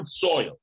soil